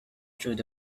through